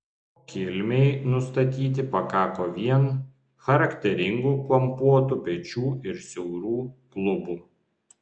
jo kilmei nustatyti pakako vien charakteringų kampuotų pečių ir siaurų klubų